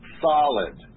solid